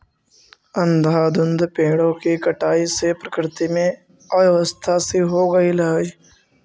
अंधाधुंध पेड़ों की कटाई से प्रकृति में अव्यवस्था सी हो गईल हई